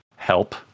help